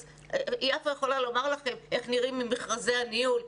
יפה יכולה לומר לכם איך נראים מכרזי הניהול,